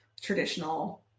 traditional